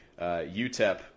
UTEP